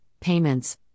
payments